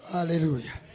Hallelujah